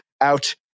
out